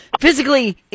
physically